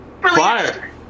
Fire